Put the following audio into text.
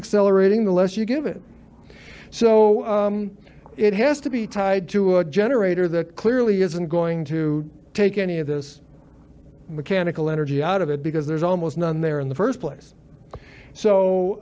accelerating the less you give it so it has to be tied to a generator that clearly isn't going to take any of this mechanical energy out of it because there's almost none there in the first place so